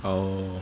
oh